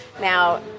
Now